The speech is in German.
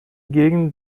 gegen